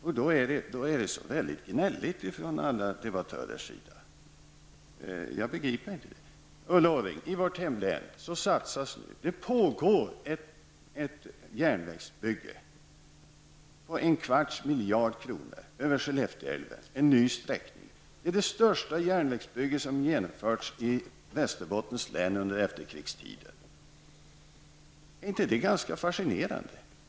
Jag förstår inte varför man är så gnällig. I vårt hemlän, Ulla Orring, pågår ett järnvägsbygge över Skellefteåälven -- en ny sträckning -- och det kostar en kvarts miljard kronor. Det är det mest omfattande järnvägsbygge som genomförts i Västerbottens län under efterkrigstiden. Är inte det ganska fascinerande?